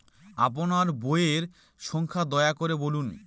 আপনার বইয়ের সংখ্যা দয়া করে বলুন?